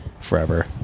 forever